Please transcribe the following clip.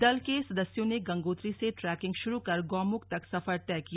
दल के सदस्यों ने गंगोत्री से ट्रेकिंग शुरू कर गौमुख तक सफर तय किया